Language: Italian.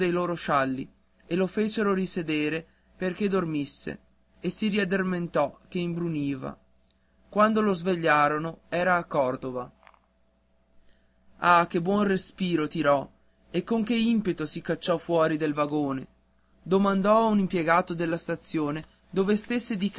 loro scialli e lo fecero risedere perché dormisse e si riaddormentò che imbruniva quando lo svegliarono era a cordova ah che buon respiro tirò e con che impeto si cacciò fuori del vagone domandò a un impiegato della stazione dove stesse